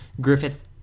griffith